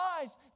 eyes